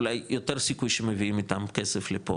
אולי יותר סיכוי שמביאים איתם כסף לפה,